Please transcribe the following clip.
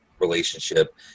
relationship